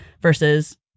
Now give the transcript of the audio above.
versus